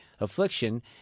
affliction